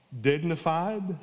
dignified